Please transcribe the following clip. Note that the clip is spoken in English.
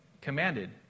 commanded